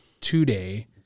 today